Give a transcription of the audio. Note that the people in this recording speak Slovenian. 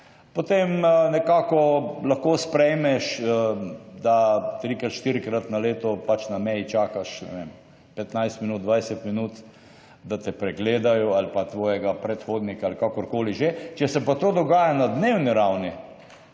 potem nekako lahko sprejmeš, da trikrat, štirikrat na leto na meji čakaš, ne vem, 15 minut, 20 minut, da te pregledajo ali pa tvojega predhodnika ali kakorkoli že, če se pa to dogaja na dnevni ravni,